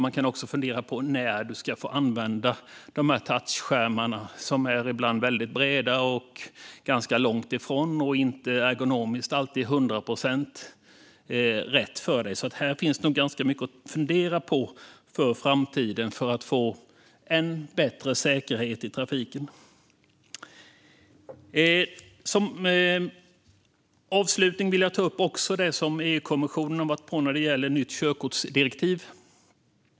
Man kan också fundera på när du ska få använda dessa touchskärmar som ibland är väldigt breda, sitter ganska långt ifrån och ergonomiskt inte alltid är hundraprocentigt rätt för dig. Här finns nog ganska mycket att fundera på inför framtiden för att få ännu bättre säkerhet i trafiken. Som avslutning vill jag ta upp det som EU-kommissionen varit inne på när det gäller nytt körkortsdirektiv.